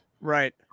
Right